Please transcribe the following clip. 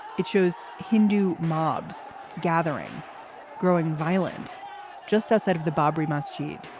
it shows hindu mobs gathering growing violent just outside of the barbree masjid,